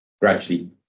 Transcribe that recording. gradually